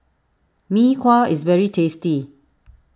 Mee Kuah is very tasty